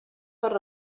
per